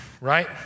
right